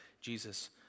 Jesus